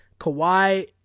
Kawhi